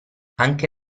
anche